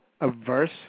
averse